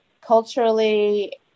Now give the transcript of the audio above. culturally